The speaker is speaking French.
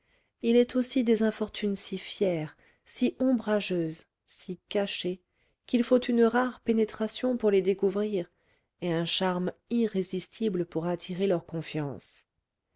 il est aussi des infortunes si fières si ombrageuses si cachées qu'il faut une rare pénétration pour les découvrir et un charme irrésistible pour attirer leur confiance